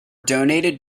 donated